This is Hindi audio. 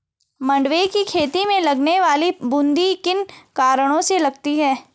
मंडुवे की खेती में लगने वाली बूंदी किन कारणों से लगती है?